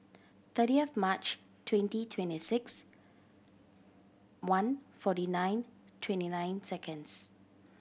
thirtieth of March twenty twenty six one forty nine twenty nine seconds